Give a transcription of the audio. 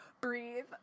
Breathe